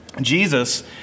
Jesus